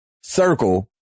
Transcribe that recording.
circle